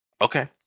Okay